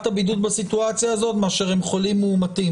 הבידוד בסיטואציה הזאת מאשר חולים מאומתים.